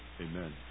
amen